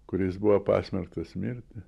kuris buvo pasmerktas mirti